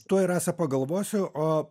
tuoj rasa pagalvosiu o